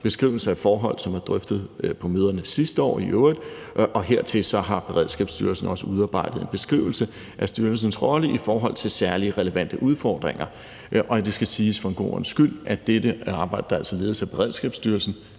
beskrivelse af forhold, som er drøftet på møderne sidste år i øvrigt. Hertil har Beredskabsstyrelsen også udarbejdet en beskrivelse af styrelsens rolle i forhold til særlig relevante udfordringer. Det skal siges for en god ordens skyld, at dette arbejde, der altså ledes af Beredskabsstyrelsen,